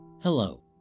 Hello